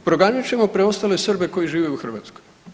Proganjat ćemo preostale Srbe koji žive u Hrvatskoj.